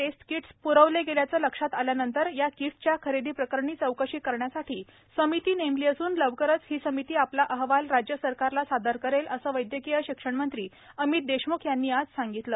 taste kits प्रवले गेल्याचे लक्षात आल्यानंतर या कीट्सच्या खरेदीप्रकरणी चौकशी करण्यासाठी समिती नेमली असून लवकरच ही समिती आपला अहवाल राज्य सरकारला सादर करेल असं वैद्यकीय शिक्षणमंत्री अमित देशम्ख यांनी आज सांगितलं